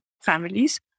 families